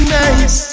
nice